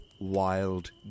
wild